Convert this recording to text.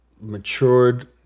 matured